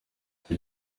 icyo